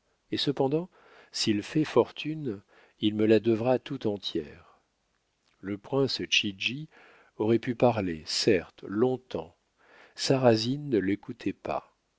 et cependant s'il fait fortune il me la devra tout entière le prince chigi aurait pu parler certes long-temps sarrasine ne l'écoutait pas